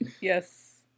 Yes